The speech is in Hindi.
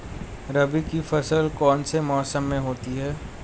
रबी की फसल कौन से मौसम में होती है?